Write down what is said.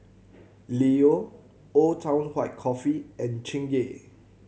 Leo Old Town White Coffee and Chingay